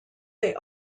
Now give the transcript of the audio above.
they